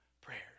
prayers